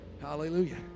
Hallelujah